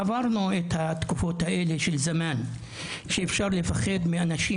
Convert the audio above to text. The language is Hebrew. עברנו את התקופות האלה מזמן שאפשר לפחד מאנשים